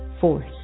force